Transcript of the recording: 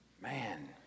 Man